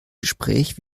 gespräch